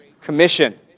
Commission